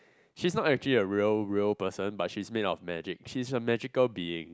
she's not actually a real real person but she's made of magic she's a magical being